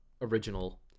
original